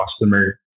customer